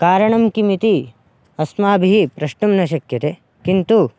कारणं किम् इति अस्माभिः प्रष्टुं न शक्यते किन्तु